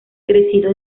crecido